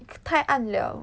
太暗了